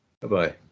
Bye-bye